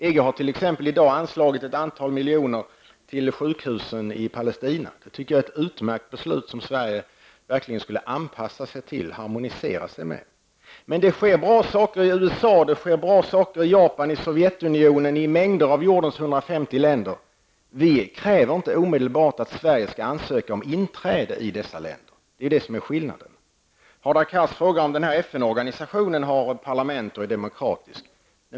EG har t.ex. i dag anslagit ett antal miljoner till sjukhusen i Palestina. Det tycker jag är ett utmärkt beslut, som Sverige enligt min mening borde anpassa sig till. Det sker bra saker i USA, liksom i Japan, Sovjetunionen och i mängder av jordens 150 länder. Vi kräver inte att Sverige omedelbart skall ansöka om inträde i dessa länder. Det är det som är skillnaden. Hadar Cars frågade om den här FN-organisationen har parlament och om den är demokratisk.